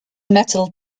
metal